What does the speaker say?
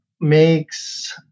makes